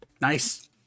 Nice